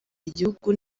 igihugu